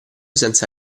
senza